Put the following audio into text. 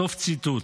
סוף ציטוט.